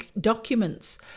documents